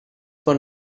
for